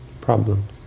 problems